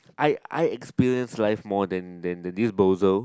I I experience life more than than the disposal